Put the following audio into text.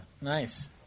Nice